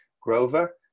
grover